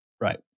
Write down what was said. Right